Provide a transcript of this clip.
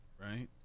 right